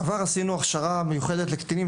בעבר עשינו הכשרה מיוחדת לקטינים,